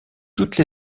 toutes